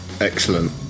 Excellent